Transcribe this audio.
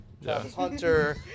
Hunter